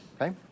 Okay